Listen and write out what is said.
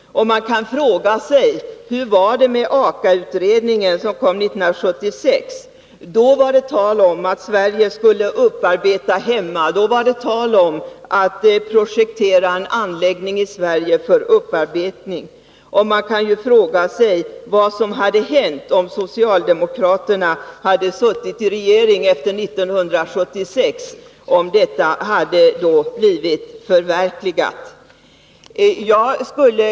Man kan fråga sig: Hur var det med AKA-utredningen 1976? Då var det tal om att Sverige skulle upparbeta hemma. Då var det tal om att projektera en anläggning i Sverige för upparbetning. Vad hade hänt, om socialdemokraterna hade suttit i regeringsställning efter 1976 och detta hade förverkligats?